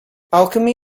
alchemy